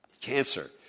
cancer